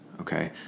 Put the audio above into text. Okay